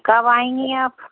कब आएँगी आप